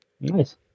Nice